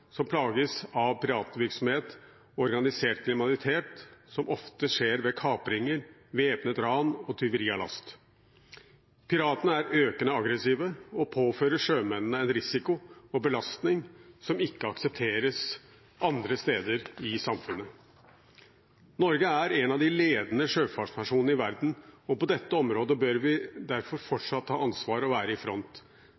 som plages av piratvirksomhet og organisert kriminalitet, som ofte skjer ved kapringer, væpnet ran og tyveri av last. Piratene er økende aggressive og påfører sjømennene en risiko og belastning som ikke aksepteres andre steder i samfunnet. Norge er en av de ledende sjøfartsnasjonene i verden, og på dette området bør vi derfor